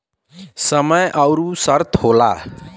समय अउर शर्त होला